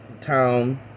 Town